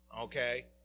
okay